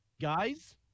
guys